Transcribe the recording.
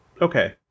okay